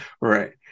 right